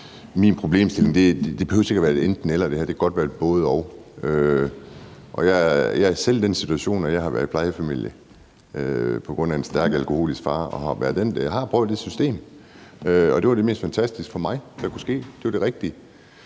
min problemstilling er, at det ikke behøver at være et enten-eller. Det kan godt være et både-og. Jeg er selv i den situation, at jeg har været i plejefamilie på grund af en stærkt alkoholisk far, så jeg har prøvet det system. Og det var det mest fantastiske, der kunne ske for mig; det var det rigtige.